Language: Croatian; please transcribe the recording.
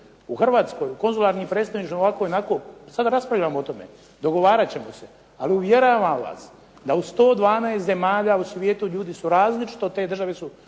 U Hrvatskoj, u konzularnim predstavništvima ovako i onako sada raspravljamo o tome, dogovarat ćemo se. Ali uvjeravam vas da u 112 zemalja u svijetu ljudi su različito, te države su